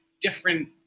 different